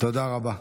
תודה רבה.